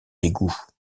dégoût